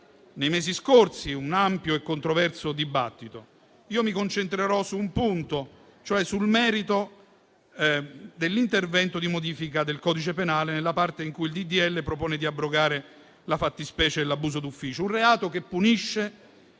nei mesi scorsi un ampio e controverso dibattito. Io mi concentrerò su un punto, cioè sul merito dell'intervento di modifica del codice penale, nella parte in cui il disegno di legge propone di abrogare la fattispecie dell'abuso d'ufficio. Un reato che punisce